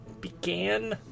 began